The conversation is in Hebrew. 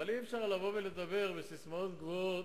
אבל אי-אפשר לבוא ולדבר בססמאות גבוהות